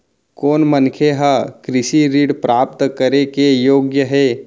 कोन मनखे ह कृषि ऋण प्राप्त करे के योग्य हे?